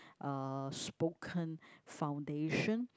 uh spoken foundation